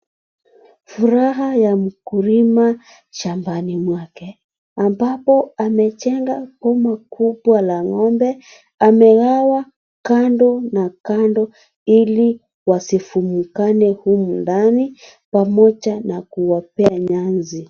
Furaha ya mkulima shambani mwake ambapo amejenga boma kubwa la ngombe ,amegawa Kando na Kando ili wasifungane humu ndani, pamoja na kuwapea nyasi.